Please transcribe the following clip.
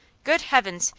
good heavens!